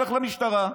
לך למשטרה,